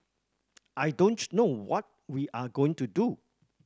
I don't know what we are going to do